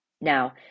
Now